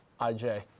ij